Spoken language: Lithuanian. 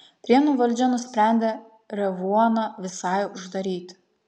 prienų valdžia nusprendė revuoną visai uždaryti